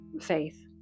faith